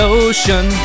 ocean